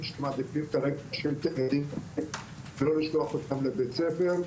שמעדיפים כרגע להשאיר את הילדים ולא לשלוח אותם לבית הספר.